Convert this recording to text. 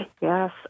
Yes